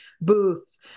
booths